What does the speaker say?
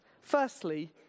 Firstly